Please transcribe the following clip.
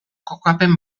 kokapen